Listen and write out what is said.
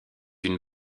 une